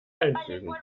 einfügen